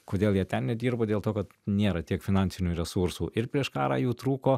kodėl jie ten nedirbo dėl to kad nėra tiek finansinių resursų ir prieš karą jų trūko